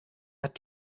hat